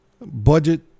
budget